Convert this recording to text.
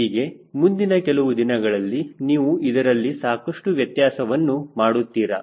ಈಗ ಮುಂದಿನ ಕೆಲವು ದಿನಗಳಲ್ಲಿ ನೀವು ಇದರಲ್ಲಿ ಸಾಕಷ್ಟು ವ್ಯತ್ಯಾಸವನ್ನು ಮಾಡುತ್ತೀರಾ